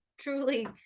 truly